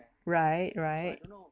r~ right right